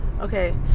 Okay